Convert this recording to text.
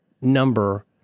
number